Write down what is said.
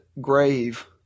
grave